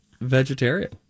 vegetarian